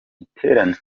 giterane